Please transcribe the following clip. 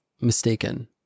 mistaken